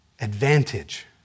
advantage